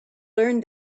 learned